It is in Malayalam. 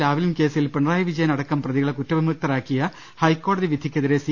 ലാവ്ലിൻ കേസിൽ പിണറായി വിജയനടക്കം പ്രതി കളെ കുറ്റവിമുക്തരാക്കിയ ഹൈക്കോടതി വിധിക്കെതിരെ സി